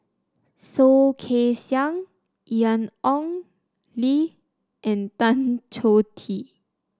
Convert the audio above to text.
Soh Kay Siang Ian Ong Li and Tan Choh Tee